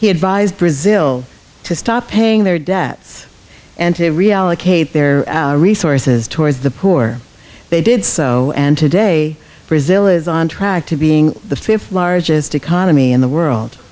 he advised brazil to stop paying their debts and to reallocate their resources towards the poor they did so and today brazil is on track to being the fifth largest economy in the world